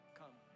come